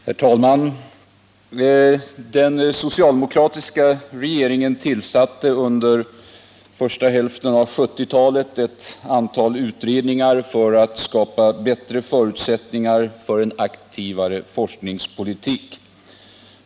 Herr talman! Den socialdemokratiska regeringen tillsatte under första hälften av 1970-talet ett antal utredningar för att skapa bättre förutsättningar för en aktivare forskningspolitik.